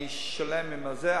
אני שלם עם זה,